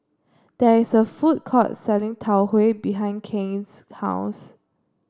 there is a food court selling Tau Huay behind Cain's house